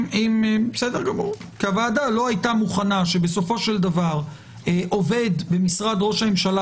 כי הוועדה לא היתה מוכנה שבסופו של דבר עובד במשרד ראש הממשלה,